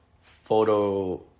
photo